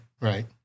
right